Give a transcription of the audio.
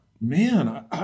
Man